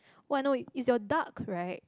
oh I know is your duck right